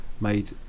made